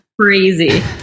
crazy